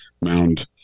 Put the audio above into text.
mound